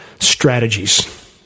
strategies